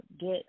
get